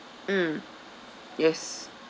mm yes